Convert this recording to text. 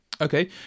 Okay